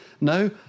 No